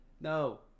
No